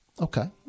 Okay